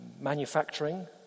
manufacturing